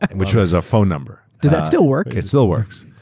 which was a phone number. does that still work? it still works.